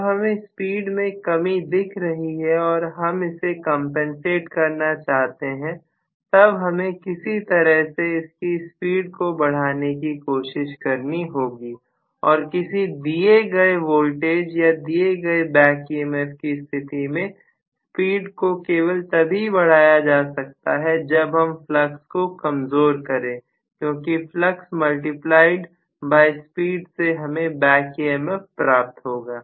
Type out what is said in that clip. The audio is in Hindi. जब हमें स्पीड में कमी दिख रही है और हम इसे कंपनसेट करना चाहते हैं तब हमें किसी तरह से इसकी स्पीड को बढ़ाने की कोशिश करनी होगी और किसी दिए गए वोल्टेज या दिए गए बैक emf की स्थिति में स्पीड को केवल तभी बढ़ाया जा सकता है जब हम फ्लक्स को कमजोर करें क्योंकि फ्लक्स मल्टीप्लायड बाय स्पीड से हमें बैक emf प्राप्त होगा